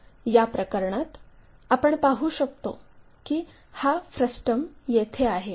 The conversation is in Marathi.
या प्रकरणात आपण पाहू शकतो की हा फ्रस्टम येथे आहे